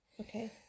Okay